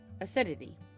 acidity